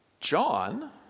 John